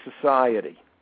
society